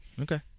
Okay